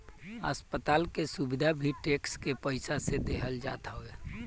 अस्पताल के सुविधा भी टेक्स के पईसा से देहल जात हवे